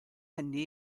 hynny